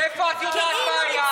מאיפה את יודעת מה היה?